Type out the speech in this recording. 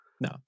No